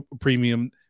premium